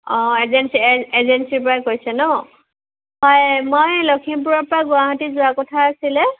agency এজেঞ্চিৰ পৰা কৈছে ন হয় মই লখিমপুৰৰ পৰা গুৱাহাটী যোৱা কথা আছিল